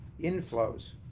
Inflows